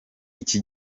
iki